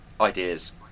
ideas